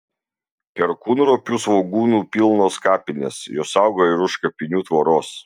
perkūnropių svogūnų pilnos kapinės jos auga ir už kapinių tvoros